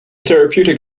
therapeutic